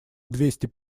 двести